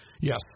Yes